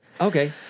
Okay